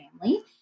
family